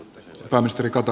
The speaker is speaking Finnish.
herra puhemies